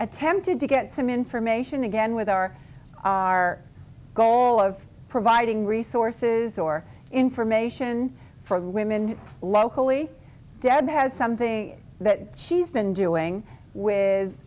attempted to get some information again with our our goal of providing resources or information for women locally deb has something that she's been doing with